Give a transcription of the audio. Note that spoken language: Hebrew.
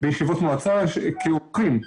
בישיבות מועצה כאורחים,